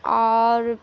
اور